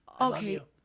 Okay